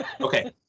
okay